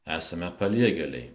esame paliegėliai